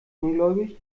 ungläubig